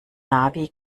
navi